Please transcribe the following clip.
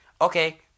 Okay